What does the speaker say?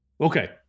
Okay